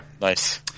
Nice